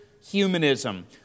humanism